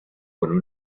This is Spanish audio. con